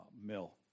mill